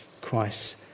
Christ